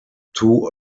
two